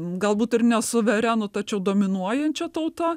galbūt ir ne suverenų tačiau dominuojančia tauta